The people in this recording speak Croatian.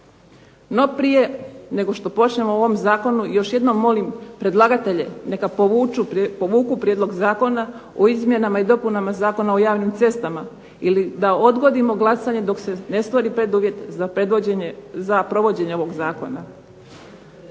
No prije nego što počnemo o ovom zakonu još jednom molim predlagatelje neka povuku Prijedlog zakona o izmjenama i dopunama Zakona o javnim cestama ili da odgodimo glasanje dok se ne stvori preduvjet za provođenje ovog zakona.